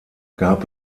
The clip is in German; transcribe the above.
gab